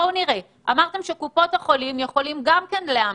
אמרתם שקופות החולים יכולות גם כן לאמן.